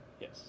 Yes